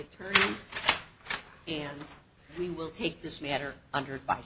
attorney and we will take this matter under